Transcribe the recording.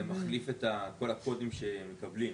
זה מחליף את כל הקודים שמקבלים,